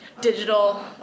digital